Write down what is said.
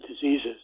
diseases